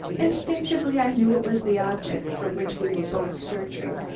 instinctively i knew it was the object for which we were both searching,